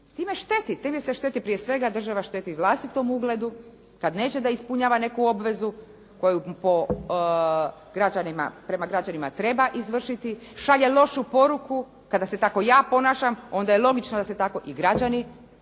riješi. Time se šteti, prije svega država šteti vlastitom ugledu kad neće da ispunjava neku obvezu koju prema građanima treba izvršiti, šalje lošu poruku kada se tako ja ponašam, onda je logično da se tako i građani ponašaju,